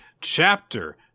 chapter